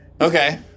Okay